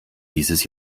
dieses